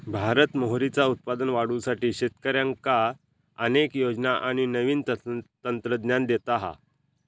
भारत मोहरीचा उत्पादन वाढवुसाठी शेतकऱ्यांका अनेक योजना आणि नवीन तंत्रज्ञान देता हा